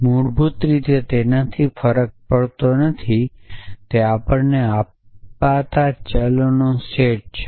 મૂળભૂત રીતે તેનાથી ફરક પડતો નથી તે આપણને આપતા ચલનો સમૂહ છે